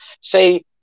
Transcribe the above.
say